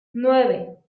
nueve